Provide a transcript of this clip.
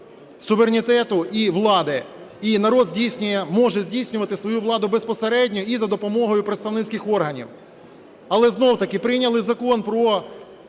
суверенітету і влади, і народ здійснює, може здійснювати свою владу безпосередньо і за допомогою представницьких органів. Але знову-таки прийняли Закон про